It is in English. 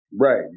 right